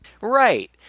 right